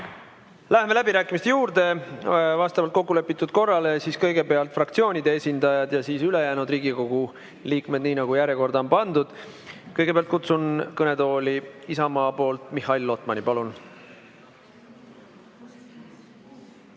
läbirääkimiste juurde vastavalt kokkulepitud korrale: kõigepealt fraktsioonide esindajad ja siis ülejäänud Riigikogu liikmed, nii nagu järjekorda on pandud. Kõigepealt kutsun kõnetooli Isamaa esindaja Mihhail Lotmani. Palun!